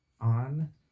on